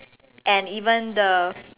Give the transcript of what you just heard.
and even the